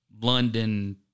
London